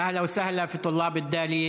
(אומר בערבית: